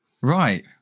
Right